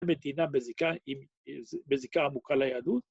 ‫מדינה בזיקה עמוקה ליהדות.